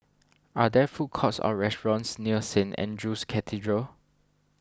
are there food courts or restaurants near Saint andrew's Cathedral